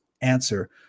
answer